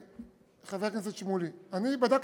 חבר הכנסת שמולי, אני בדקתי,